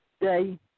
Day